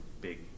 big